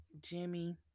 Jimmy